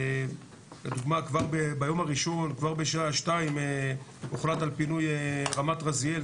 לדוגמה ביום הראשון כבר בשעה 14:00 הוחלט על פינוי רמת רזיאל,